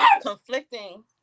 conflicting